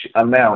amount